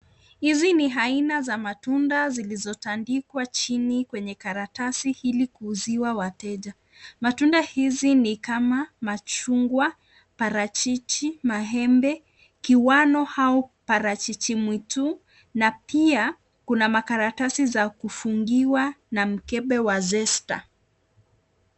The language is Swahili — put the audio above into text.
Hizi ni aina za matunda zilizotandikwa chini kwenye karatasi hili kuuziwa wateja. Matunda hizi ni kama machungwa, parachichi, mahembe, kiwano au parachichi mwitu na pia kuna makaratasi za kufungiwa na mkebe wa zesta.